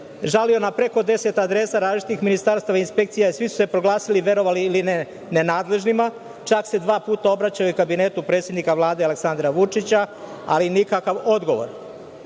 žalio na preko deset adresa različitih ministarstava, inspekcija i svi su se proglasili, verovali ili ne, nenadležnima, čak se dva puta obraćao i Kabinetu predsednika Vlade Aleksandra Vučića, ali nikakav odgovor.